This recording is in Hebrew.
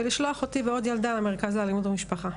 ולשלוח אותי ועוד ילדה למרכז לאלימות במשפחה.